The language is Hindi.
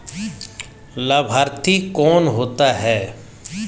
लाभार्थी कौन होता है?